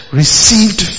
received